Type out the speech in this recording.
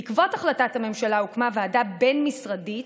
בעקבות החלטת הממשלה הוקמה ועדה בין-משרדית